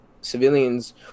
civilians